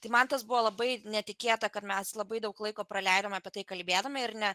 tai man tas buvo labai netikėta kad mes labai daug laiko praleidom apie tai kalbėdami ir ne